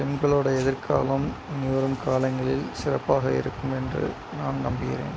பெண்களோடைய எதிர்காலம் இனி வரும் காலங்களில் சிறப்பாக இருக்கும் என்று நான் நம்புகிறேன்